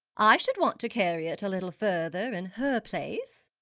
i should want to carry it a little further in her place.